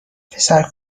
پسر